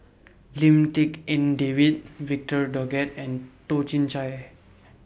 Lim Tik En David Victor Doggett and Toh Chin Chye